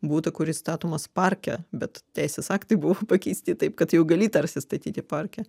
butą kuris statomas parke bet teisės aktai buvo pakeisti taip kad jau gali tarsi statyti parke